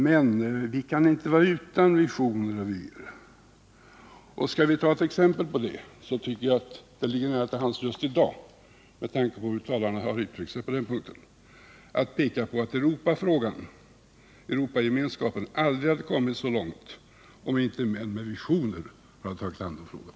Men vi kan inte vara utan visioner och vyer. Ett exempel på det, som just i dag ligger nära till hands med tanke på hur de tidigare talarna uttryckt sig på den punkten, är att Europagemenskapen aldrig hade kommit så långt som den gjort om inte statsmän med visioner hade tagit sig an den frågan.